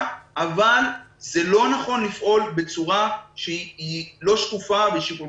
אבל זה לא נכון לפעול בצורה שהיא לא שקופה ושהיא כל